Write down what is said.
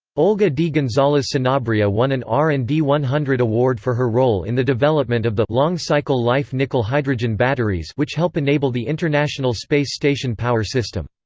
olga d. gonzalez-sanabria won an r and d one hundred award for her role in the development of the long cycle-life nickel-hydrogen batteries which help enable the international space station power system.